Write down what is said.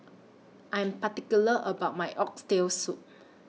I Am particular about My Oxtail Soup